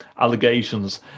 allegations